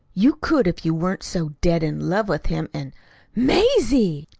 you could if you weren't so dead in love with him, and mazie!